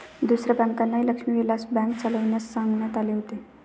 दुसऱ्या बँकांनाही लक्ष्मी विलास बँक चालविण्यास सांगण्यात आले होते